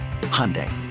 Hyundai